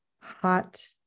hot